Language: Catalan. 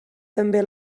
també